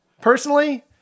personally